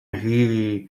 hiwi